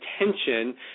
attention